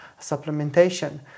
supplementation